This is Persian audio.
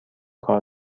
کار